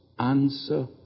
Answer